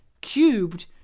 Cubed